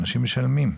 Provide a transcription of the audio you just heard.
אנשים משלמים.